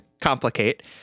complicate